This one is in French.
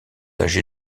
âgé